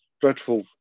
dreadful